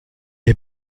est